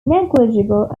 negligible